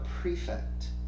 prefect